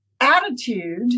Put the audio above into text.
attitude